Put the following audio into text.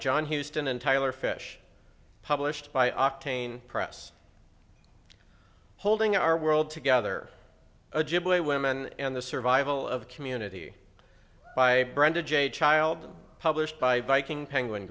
john houston and tyler fish published by octane press holding our world together ajibola a women in the survival of community by brenda j child published by viking penguin